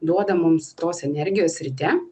duoda mums tos energijos ryte